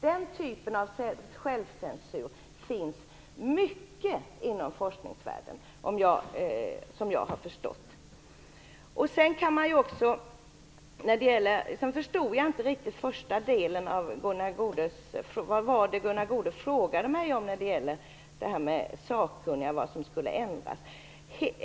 Den typen av självcensur finns det mycket av inom forskningsvärlden, som jag har förstått. Jag förstod inte riktigt första delen av Gunnar Goudes fråga till mig när det gäller sakkunniga och vad som skulle ändras.